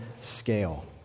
scale